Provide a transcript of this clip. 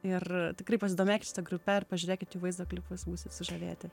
ir tikrai pasidomėkit šita grupe ir pažiūrėkit jų vaizdo klipus būsit sužavėti